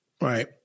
right